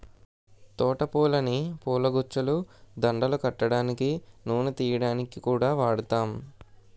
తోట పూలని పూలగుచ్చాలు, దండలు కట్టడానికి, నూనె తియ్యడానికి కూడా వాడుతాం